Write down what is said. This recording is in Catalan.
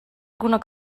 alguna